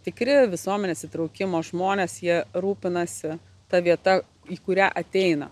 tikri visuomenės įtraukimo žmonės jie rūpinasi ta vieta į kurią ateina